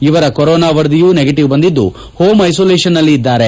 ಇವರ ಕೊರೊನಾ ವರದಿಯು ನೆಗೆಟೀವ್ ಬಂದಿದ್ದು ಹೋಂ ಐಸೋಲೇಷನ್ನಲ್ಲಿ ಇದ್ದಾರೆ